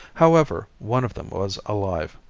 however, one of them was alive,